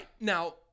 now